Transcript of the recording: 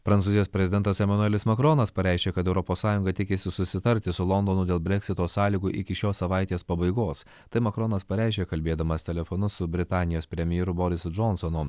prancūzijos prezidentas emanuelis makronas pareiškė kad europos sąjunga tikisi susitarti su londonu dėl breksito sąlygų iki šios savaitės pabaigos tai makronas pareiškė kalbėdamas telefonu su britanijos premjeru borisu džonsonu